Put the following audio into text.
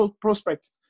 prospect